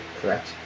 Correct